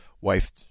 wife